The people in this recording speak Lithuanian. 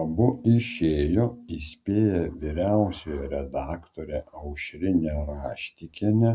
abu išėjo įspėję vyriausiąją redaktorę aušrinę raštikienę